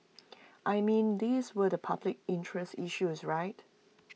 I mean these were the public interest issues right